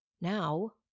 Now